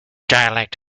dialect